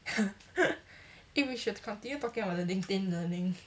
eh we should continue talking about the linkedin learning